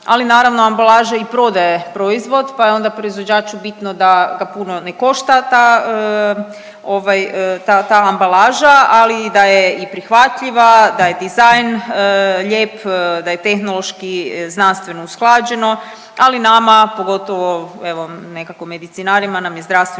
ali naravno ambalaža i prodaje proizvod pa je onda proizvođaču bitno da puno ne košta ta ovaj ta ambalaža, ali da je i prihvatljiva, da je dizajn lijep, da je tehnološki, znanstveno usklađeno ali nama pogotovo evo nekako medicinarima nam je zdravstvena